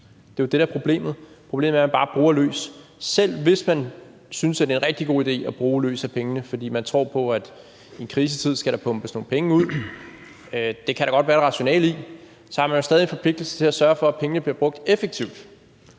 det er jo det, der er problemet. Problemet er, at man bare bruger løs. Selv hvis man synes, det er en rigtig god idé at bruge løs af pengene, fordi man tror på, at der i en krisetid skal pumpes nogle penge ud – det kan der godt være et rationale i – så har man jo stadig en forpligtelse til at sørge for, at pengene bliver brugt effektivt.